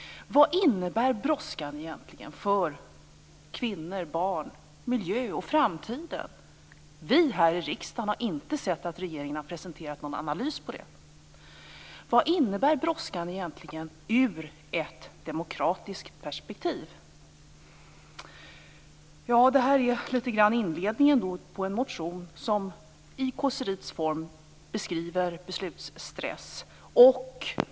Vad innebär brådskan egentligen för kvinnor, barn, miljön och framtiden? Vi här i riksdagen har inte sett att regeringen har presenterat någon analys på det. Vad innebär brådskan egentligen ur ett demokratiskt perspektiv? Det här var litet grand ur inledningen av en motion som i kåseriets form beskriver beslutsstress.